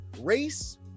Race